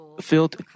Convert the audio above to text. Filled